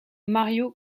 mario